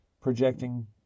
projecting